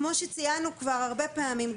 כמו שציינו כבר הרבה פעמים,